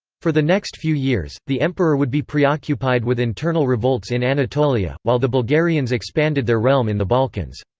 for the next few years, the emperor would be preoccupied with internal revolts in anatolia, while the bulgarians expanded their realm in the balkans.